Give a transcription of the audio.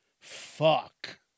fuck